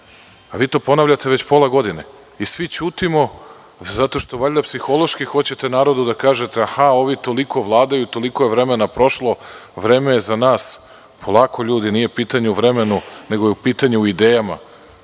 Vi to ponavljate već pola godine i svi ćutimo zato što valjda psihološki hoćete narodu da kažete – ovi toliko vladaju, toliko je vremena prošlo, vreme je za nas. Polako ljudi, nije pitanje o vremenu, nego je pitanje o idejama.